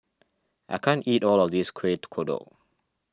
I can't eat all of this Kuih Kodok